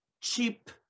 cheap